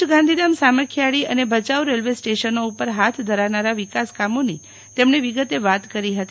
ભુજ ગાંધીધામ સામખીયાળી અને ભયાઉ રેલવે સ્ટેશનો ઉપર હાથ ધરાનારા વિકાસકામોની તેમણે વિગતે વાત કરી હતી